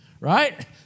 Right